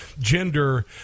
gender